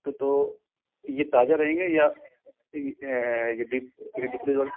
तो तो यह ताजा रहेंगे या ये डी फ्रीज